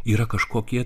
yra kažkokie